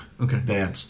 Okay